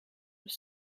were